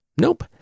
Nope